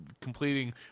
completing